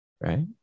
Right